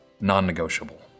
non-negotiable